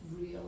real